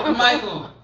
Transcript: ah michael,